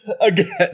again